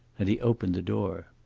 and he opened the door.